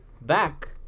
back